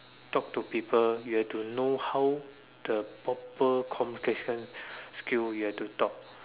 talk to people you have to know how the properly communication skill you have to talk